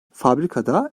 fabrikada